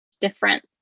different